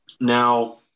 Now